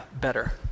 better